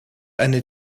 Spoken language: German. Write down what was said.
eine